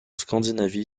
scandinavie